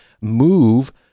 move